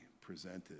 presented